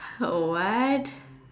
oh what